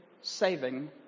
saving